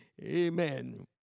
amen